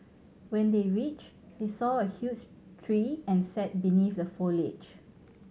when they reached they saw a huge tree and sat beneath the foliage